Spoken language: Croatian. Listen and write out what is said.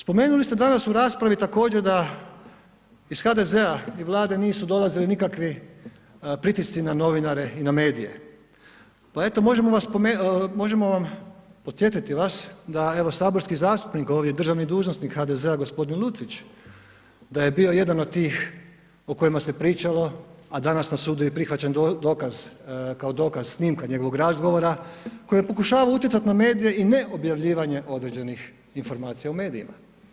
Spomenuli ste danas u raspravi također da iz HDZ-a i Vlade nisu dolazili nikakvi pritisci na novinare i na medije, pa eto možemo podsjetiti vas da evo saborski zastupnik ovdje, državni državnik HDZ-a gospodin Lucić, da je bio jedan od tih o kojima se pričalo, a danas na sudu je prihvaćen dokaz, kao dokaz snimka njegovog razgovora koji je pokušavao utjecati na medije i neobjavljivanje određenih informacija u medijima.